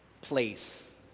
place